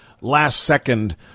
last-second